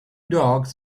dogs